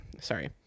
Sorry